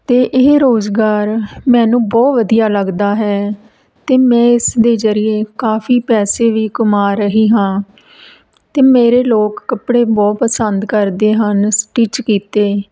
ਅਤੇ ਇਹ ਰੋਜ਼ਗਾਰ ਮੈਨੂੰ ਬਹੁਤ ਵਧੀਆ ਲੱਗਦਾ ਹੈ ਅਤੇ ਮੈਂ ਇਸ ਦੇ ਜ਼ਰੀਏ ਕਾਫੀ ਪੈਸੇ ਵੀ ਕਮਾ ਰਹੀ ਹਾਂ ਅਤੇ ਮੇਰੇ ਲੋਕ ਕੱਪੜੇ ਬਹੁਤ ਪਸੰਦ ਕਰਦੇ ਹਨ ਸਟਿਚ ਕੀਤੇ